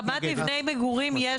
יש הקמת מבני מגורים,